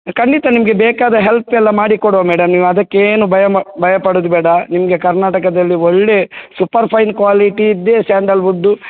ಖಂಡಿತ ನಿಮಗೆ ಬೇಕಾದ ಹೆಲ್ಪ್ ಎಲ್ಲ ಮಾಡಿ ಕೊಡುವ ಮೇಡಮ್ ನೀವು ಅದಕ್ಕೇನೂ ಭಯ ಮ ಭಯ ಪಡೋದು ಬೇಡ ನಿಮಗೆ ಕರ್ನಾಟಕದಲ್ಲಿ ಒಳ್ಳೇ ಸೂಪರ್ ಫೈನ್ ಕ್ವಾಲಿಟಿದ್ದೇ ಸ್ಯಾಂಡಲ್ ವುಡ್ಡು